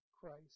Christ